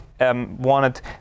Wanted